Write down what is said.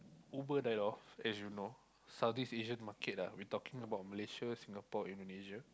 Uber died off as you know Southeast Asian market ah we talking about Malaysia Singapore Indonesia